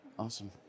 Awesome